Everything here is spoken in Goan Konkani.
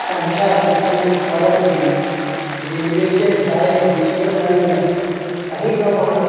संख्या दिसान दीस वाडत गेली रेल्वेचें जाळें देशभर जाल्ल्यान काही प्रमाणांत